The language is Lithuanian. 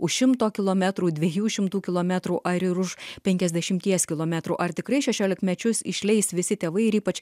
už šimto kilometrų dviejų šimtų kilometrų ar ir už penkiasdešimties kilometrų ar tikrai šešiolikmečius išleis visi tėvai ir ypač